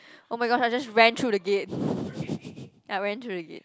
oh-my-god I just ran through the gate I went through the gate